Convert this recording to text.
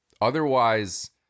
Otherwise